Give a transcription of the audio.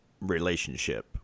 relationship